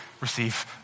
receive